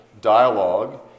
dialogue